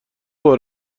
بار